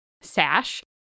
sash